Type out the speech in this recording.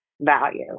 value